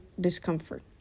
discomfort